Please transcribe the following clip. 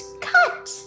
cut